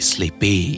Sleepy